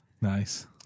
nice